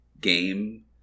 game